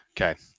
Okay